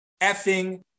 effing